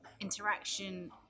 interaction